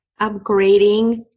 upgrading